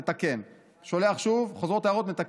מתקן, שולח שוב, חוזרות הערות, מתקן.